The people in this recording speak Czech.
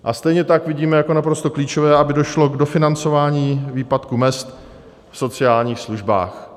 A stejně tak vidíme jako naprosto klíčové, aby došlo k dofinancování výpadku mezd v sociálních službách.